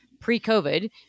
pre-COVID